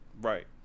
Right